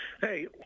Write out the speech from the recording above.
Hey